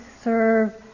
serve